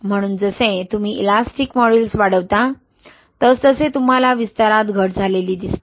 म्हणून जसे तुम्ही इलास्टिक मॉड्यूल्स वाढवता तसतसे तुम्हाला विस्तारात घट दिसते